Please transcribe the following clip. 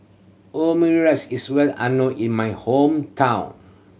omurice is well unknown in my hometown